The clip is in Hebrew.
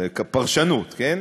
כפרשנות, כן,